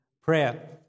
prayer